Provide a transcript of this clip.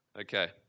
Okay